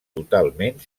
totalment